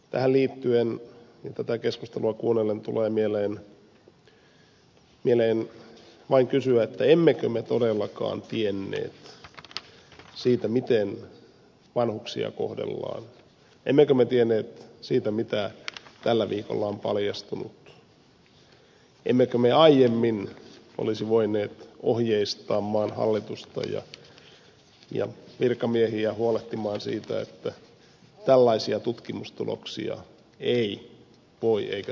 tähän liittyen ja tätä keskustelua kuunnellessa tulee mieleen vain kysyä emmekö me todellakaan tienneet siitä miten vanhuksia kohdellaan emmekö me tienneet siitä mitä tällä viikolla on paljastunut emmekö me aiemmin olisi voineet ohjeistaa maan hallitusta ja virkamiehiä huolehtimaan siitä että tällaisia tutkimustuloksia ei voi eikä saa tulla julkisuuteen